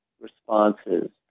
responses